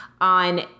on –